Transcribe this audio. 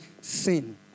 sin